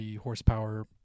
horsepower